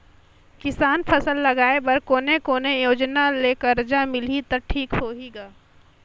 किसान फसल लगाय बर कोने कोने योजना ले कर्जा लिही त ठीक होही ग?